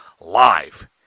live